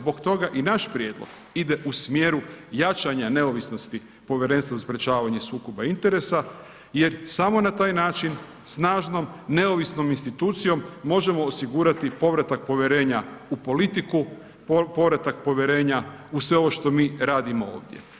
Zbog toga i naš prijedlog ide u smjeru jačanja neovisnosti Povjerenstva za sprječavanje sukoba interesa jer samo na taj način, snažnom, neovisnom institucijom možemo osigurati povratak povjerenja u politiku, povratak povjerenja u sve ovo što mi radimo ovdje.